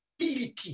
ability